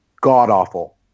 god-awful